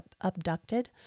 abducted